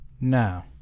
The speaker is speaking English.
Now